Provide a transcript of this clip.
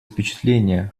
впечатление